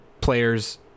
players